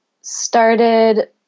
started